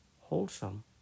wholesome